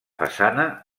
façana